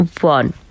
one